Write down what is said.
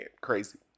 crazy